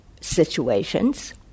situations